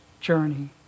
journey